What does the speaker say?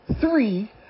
Three